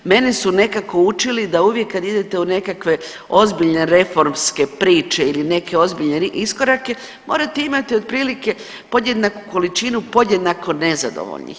Mene su nekako učili da uvijek kada idete u nekakve ozbiljne reformske priče ili neke ozbiljne iskorake morate imati otprilike podjednaku količinu podjednako nezadovoljnih.